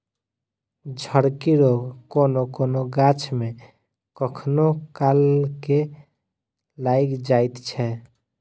झड़की रोग कोनो कोनो गाछ मे कखनो काल के लाइग जाइत छै